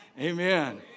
Amen